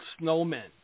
snowmen